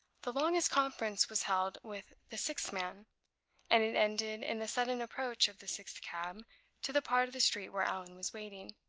the longest conference was held with the sixth man and it ended in the sudden approach of the sixth cab to the part of the street where allan was waiting.